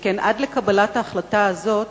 שכן עד לקבלת ההחלטה הזאת